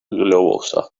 globosa